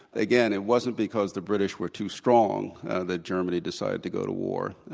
again, it wasn't because the british were too strong that germany decided to go to war.